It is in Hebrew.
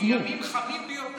לפי טמפרטורה: בימים חמים ביותר,